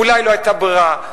אולי לא היתה ברירה,